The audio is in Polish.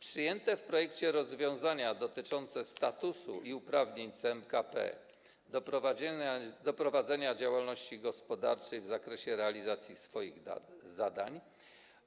Przyjęte w projekcie rozwiązania dotyczące statusu i uprawnień CMKP do prowadzenia działalności gospodarczej w zakresie realizacji swoich zadań